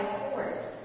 force